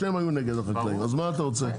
שניהם היו נגד החקלאים אז מה אתה רוצה?